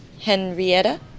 Henrietta